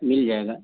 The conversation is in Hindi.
मिल जाएगा